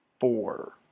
four